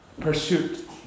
pursuit